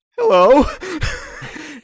hello